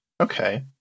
Okay